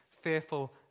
fearful